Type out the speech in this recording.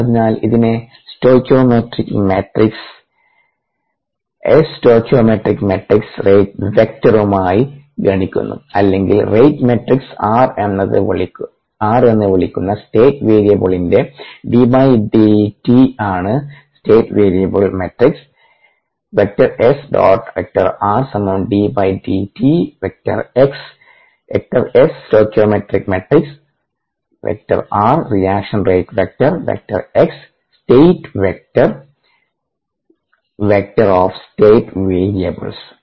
അതിനാൽ ഇതിനെ stoichiometric matrix 𝑺̃ stoichiometric matrix rate വെക്ടറുമായി ഗുണിക്കുന്നു അല്ലെങ്കിൽ റേറ്റ് മാട്രിക്സ് r എന്ന് വിളിക്കുന്ന സ്റ്റേറ്റ് വേരിയബിളിന്റെ d d t ആണ് സ്റ്റേറ്റ് വേരിയബിൾ മാട്രിക്സ്